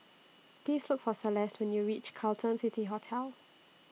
Please Look For Celeste when YOU REACH Carlton City Hotel